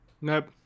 Nope